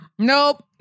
Nope